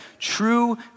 true